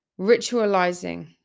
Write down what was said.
ritualizing